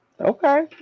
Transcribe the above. Okay